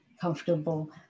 comfortable